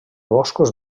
boscos